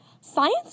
science